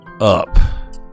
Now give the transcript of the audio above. up